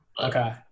Okay